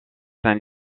saint